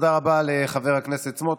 תודה רבה לחבר הכנסת סמוטריץ',